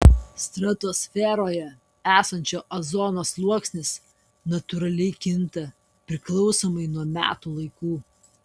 stratosferoje esančio ozono sluoksnis natūraliai kinta priklausomai nuo metų laikų